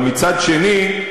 אבל מצד שני,